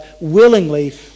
willingly